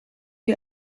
die